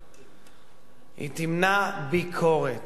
היא תמנע ביקורת.